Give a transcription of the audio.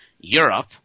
Europe